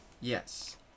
Yes